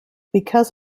because